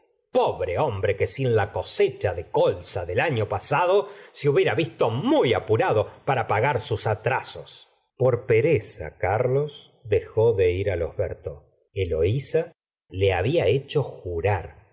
pobre hombre que sin la cosecha de colza del año pasado se hubiera visto muy apurado para pagar sus atrasos f por pereza carlos dejó de ir á los bertaux eloisa le había hecho jurar